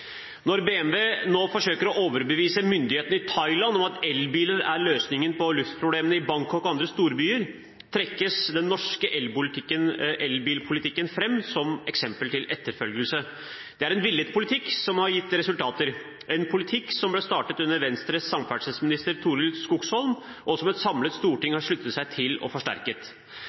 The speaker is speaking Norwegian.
Når BMW nå forsøker å overbevise myndighetene i Thailand om at elbilen er løsningen på luftproblemene i Bangkok og andre storbyer, trekkes den norske elbilpolitikken fram som eksempel til etterfølgelse. Det er en villet politikk som har gitt resultater, en politikk som ble startet under Venstres samferdselsminister Torild Skogsholm, og som et samlet storting